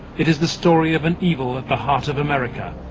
it is the story of an evil at the heart of america,